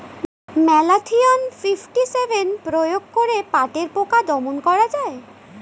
Malathion fifty seven প্রয়োগ করে পাটের পোকা দমন করা যায়?